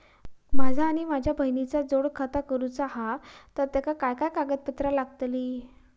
माझा आणि माझ्या बहिणीचा जोड खाता करूचा हा तर तेका काय काय कागदपत्र लागतली?